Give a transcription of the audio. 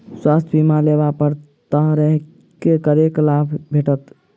स्वास्थ्य बीमा लेबा पर केँ तरहक करके लाभ भेटत?